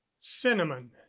cinnamon